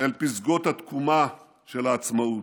אל פסגות התקומה של העצמאות.